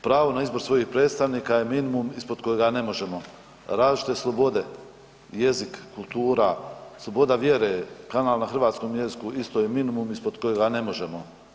Pravo na izbor svojih predstavnika je minimum ispod kojega ne možemo, različite slobode, jezik, kultura, sloboda vjere, kanal na hrvatskom jeziku, isto je minimum ispod kojega ne možemo.